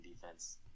defense